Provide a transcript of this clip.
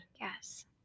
Yes